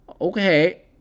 Okay